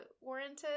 warranted